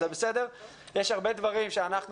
יש הרבה דברים שאנחנו,